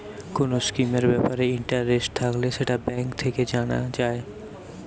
কোন স্কিমের ব্যাপারে ইন্টারেস্ট থাকলে সেটা ব্যাঙ্ক থেকে জানা যায়